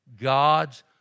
God's